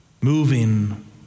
moving